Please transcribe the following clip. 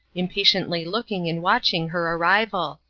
impatiently looking and watching her arrival.